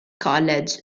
college